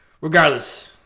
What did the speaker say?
regardless